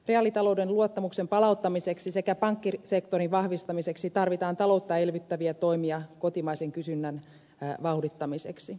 reaalitalouden luottamuksen palauttamiseksi sekä pankkisektorin vahvistamiseksi tarvitaan taloutta elvyttäviä toimia kotimaisen kysynnän vauhdittamiseksi